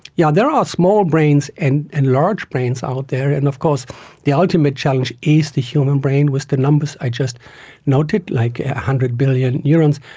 yeah there are small brains and and large brains out there, and of course the ultimate challenge is the human brain with the numbers i just noted, one like hundred billion neurons,